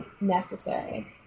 necessary